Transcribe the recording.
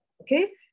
Okay